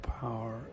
power